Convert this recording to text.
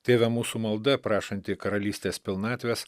tėve mūsų malda prašanti karalystės pilnatvės